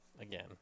again